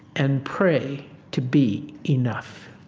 and pray to be enough.